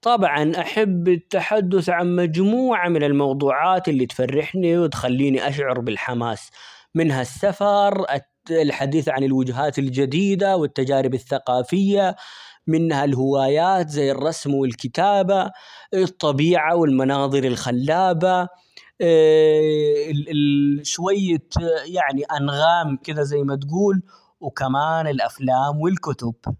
طبعًا أحب التحدث عن مجموعة من الموضوعات اللي تفرحني وتخليني أشعر بالحماس، منها السفر ،- الت- الحديث عن الوجهات الجديدة ،والتجارب الثقافية منها الهوايات زي الرسم ،والكتابة، الطبيعة، والمناظر الخلابة -ال- شوية يعني أنغام كذا زي ما تقول ،وكمان الأفلام ،والكتب.